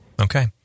Okay